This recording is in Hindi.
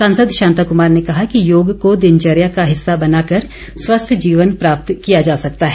सांसद शांता कुमार ने कहा कि योग को दिनचर्या का हिस्सा बनाकर स्वस्थ जीवन प्राप्त किया जा सकता है